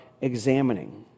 examining